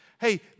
hey